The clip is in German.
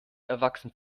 erwachsen